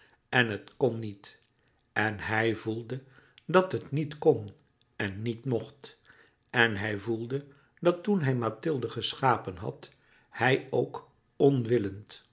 en het kon niet en hij voelde dat het niet kon en niet mocht en hij voelde dat toen hij mathilde geschapen had hij ook onwillend